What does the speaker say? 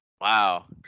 wow